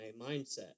mindset